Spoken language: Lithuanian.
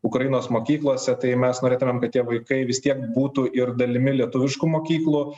ukrainos mokyklose tai mes norėtumėm kad tie vaikai vis tiek būtų ir dalimi lietuviškų mokyklų